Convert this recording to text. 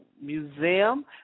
Museum